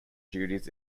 duties